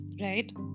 right